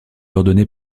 ordonnée